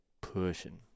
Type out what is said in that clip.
pushing